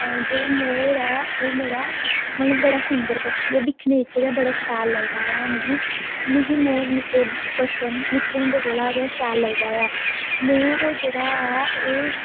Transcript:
जेहड़ा मोर ऐ एह् बड़ा अच्छा मतलब बड़ा सुंदर पक्षी ऐ दिक्खने च गै बड़ा शैल लगदा ऐ मिगी मिगी मोर निक्के बचपन कोला गै शैल लगदा ऐ मोर जेहड़ा ऐ एह्